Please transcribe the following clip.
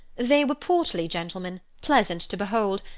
they were portly gentlemen, pleasant to behold,